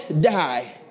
die